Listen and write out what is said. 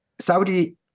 Saudi